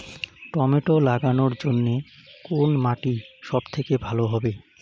Tomato লাগানোর জন্যে কোন মাটি সব থেকে ভালো হবে?